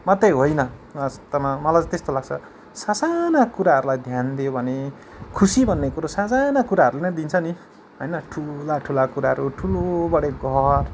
मात्रै होइन वास्तवमा मलाई चाहिँ त्यस्तो लाग्छ ससाना कुराहरूलाई ध्यान दियोभने खुसी भन्ने कुरो ससाना कुराहरूले नै दिन्छ नि होइन ठुला ठुला कुराहरू ठुलोबडे घर